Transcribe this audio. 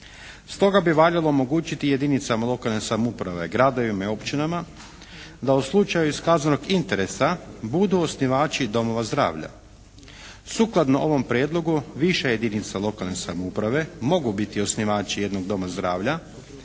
Stoga bi valjalo omogućiti jedinicama lokalne samouprave gradovima i općinama da u slučaju iskazanog interesa budu osnivači domova zdravlja. Sukladno ovom prijedlogu više jedinica lokalne samouprave mogu biti osnivači jednog doma zdravlja